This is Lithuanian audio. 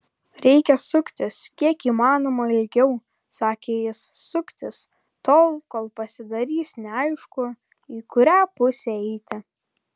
reikia suktis kiek įmanoma ilgiau sakė jis suktis tol kol pasidarys neaišku į kurią pusę eiti